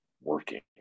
working